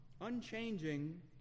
Unchanging